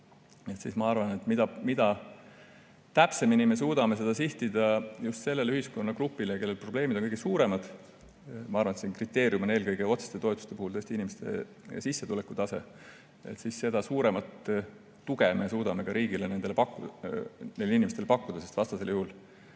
siis ma arvan, et mida täpsemini me suudame seda sihtida just sellele ühiskonnagrupile, kellel probleemid on kõige suuremad – ma arvan, et kriteerium on eelkõige otseste toetuste puhul tõesti inimeste sissetulek –, seda suuremat tuge me suudame riigina nendele inimestele pakkuda. Vastasel juhul